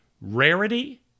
rarity